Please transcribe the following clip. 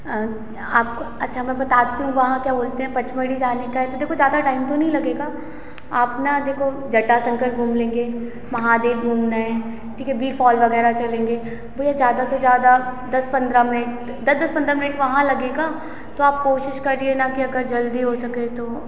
आप को अच्छा मैं बताती हूँ वहाँ क्या बोलते हैं पचमढ़ी जाने का देखो ज़्यादा टाइम तो नहीं लगेगा आप न देखो जटा शंकर घूम लेंगे महादेव घूमना है ठीक है बी फॉल वगैरह चलेंगे भैया ज़्यादा से ज़्यादा दस पन्द्रह मिनट दस दस पंद्रह मिनट वहाँ लगेगा तो आप कोशिस करिए न कि अगर जल्दी हो सके तो